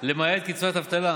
למעט קצבת אבטלה,